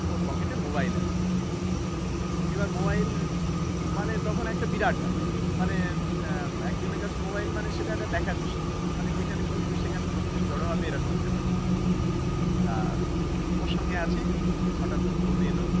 ওর পকেটে মোবাইল আছে এবার মোবাইল মানে তখন একটা বিরাট ব্যাপার মানে একজনের কাছে মোবাইল মানে সেটা একটা দেখার বিষয় মানে যেখানে খুলবে সেখানে লোকজন জড়ো হবে এরকম একটা ব্যাপার তা ওর সঙ্গে আছি হঠাৎ ওর ফোন এলো